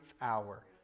hour